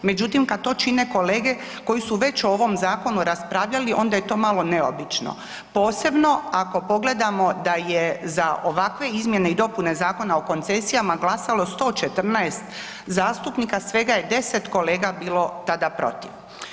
Međutim, kad to čine kolege koji su već o ovom zakonu raspravljali onda je to malo neobično, posebno ako pogledamo da je za ovakve izmjene i dopune Zakona o koncesijama glasalo 114 zastupnika, svega je 10 kolega bilo tada protiv.